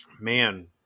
man